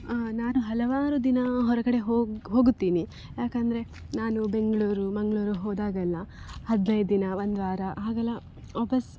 ನಾನು ಹಲವಾರು ದಿನ ಹೊರಗಡೆ ಹೋಗು ಹೋಗುತ್ತೀನಿ ಯಾಕಂದರೆ ನಾನು ಬೆಂಗಳೂರು ಮಂಗಳೂರು ಹೋದಾಗೆಲ್ಲ ಹದಿನೈದು ದಿನ ಒಂದು ವಾರ ಹಾಗೆಲ್ಲ ವಾಪಸ್